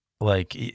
Like-